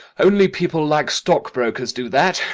only people like stock-brokers do that,